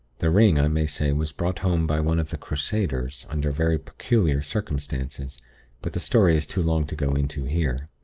the ring, i may say, was brought home by one of the crusaders, under very peculiar circumstances but the story is too long to go into here.